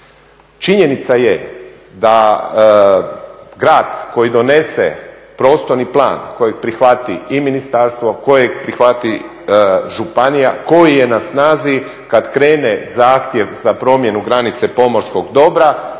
Činjenica je da grad koji donese prostorni plan kojeg prihvati i ministarstvo, kojeg prihvati županija, koji je na snazi kad krene zahtjev za promjenu granice pomorskog dobra,